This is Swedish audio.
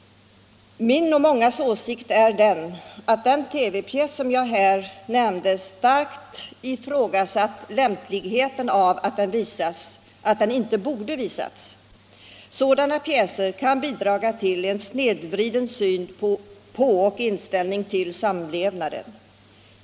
Mångas åsikt är att den TV-pjäs som jag här har starkt ifrågasatt lämpligheten av inte borde ha visats. Sådana pjäser kan bidra till en snedvriden syn på och inställning till samlevnaden.